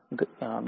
ઘનીકરણનું